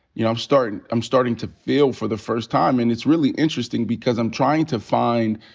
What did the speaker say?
you know, i'm startin' i'm startin' to feel for the first time. and it's really interesting because i'm trying to find,